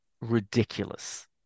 ridiculous